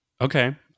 Okay